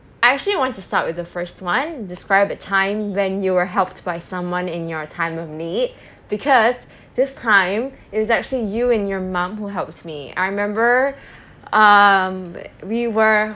I actually I want to start with the first one describe a time when you were helped by someone in your time of need because this time it was actually you and your mom who helped me I remember um we were